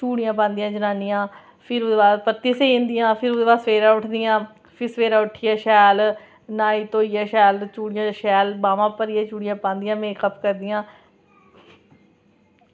चुड़ियां पांदियां जनानियां फिर ओह्दे बाद परतियै उठदियां फिर ओह्दे बाद फिर सबेरै उट्ठियै शैल न्हाई धोइयै शैल चूड़ियां भरियै पांदियां ते मेकअप